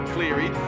Cleary